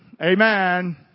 Amen